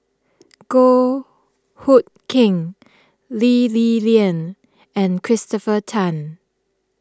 Goh Hood Keng Lee Li Lian and Christopher Tan